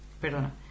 Perdona